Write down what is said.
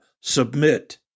submit